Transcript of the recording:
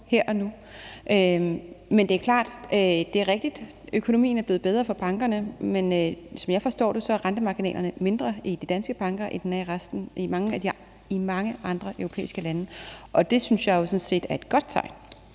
Og det er klart, at det er rigtigt, at økonomien er blevet bedre for bankerne, men som jeg forstår det, er rentemarginalerne mindre i de danske banker end den er i mange andre europæiske landes banker, og det synes jeg jo sådan set er et godt tegn.